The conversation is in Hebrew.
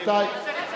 אני רוצה לציין,